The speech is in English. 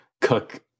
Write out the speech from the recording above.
cook